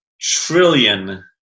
trillion